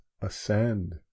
ascend